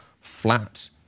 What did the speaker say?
flat